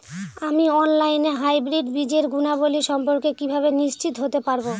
আমি অনলাইনে হাইব্রিড বীজের গুণাবলী সম্পর্কে কিভাবে নিশ্চিত হতে পারব?